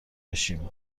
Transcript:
بشیم